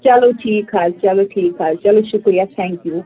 چلو ٹھیٖک حظ چلو ٹھیٖک حظ چلو شُکریہ تھیٚنٛک یوٗ